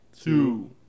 two